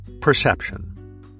Perception